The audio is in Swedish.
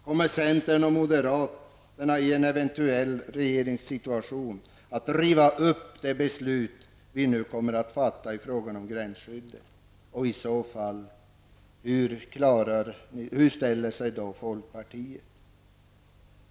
Kommer centern och moderatena i en eventuell regering att riva upp beslut som vi nu kommer att fatta i fråga om gränsskyddet? Hur ställer sig i så fall folkpartiet till det?